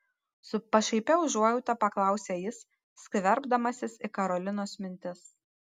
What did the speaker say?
su pašaipia užuojauta paklausė jis skverbdamasis į karolinos mintis